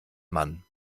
mann